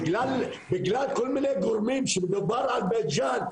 בגלל כל מיני גורמים שמדובר על בית ג'אן,